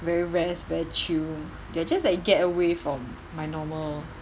very rest very chill ya just like get away from my normal